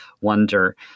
wonder